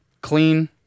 Clean